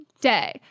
day